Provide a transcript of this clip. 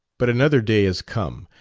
but another day has come.